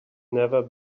never